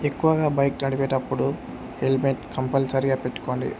ఎక్కువగా బైక్ నడిపేటప్పుడు హెల్మెట్ కంపల్సరిగా పెట్టుకోండి